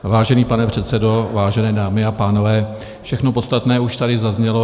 Vážený pane předsedo, vážené dámy a pánové, všechno podstatné už tady zaznělo.